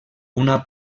una